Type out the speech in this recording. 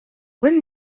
when